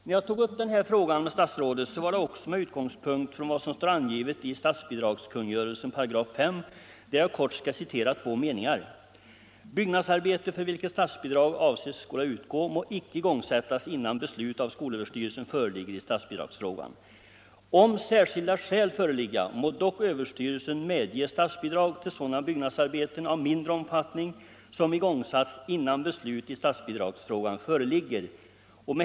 När jag tog upp den här frågan med statsrådet var det också med utgångspunkt i vad som står angivet i statsbidragskungörelsen 58. Jag skall citera två meningar.